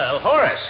Horace